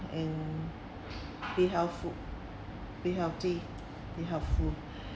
and be healthful be healthy be healthful